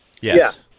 Yes